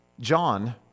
John